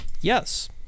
Yes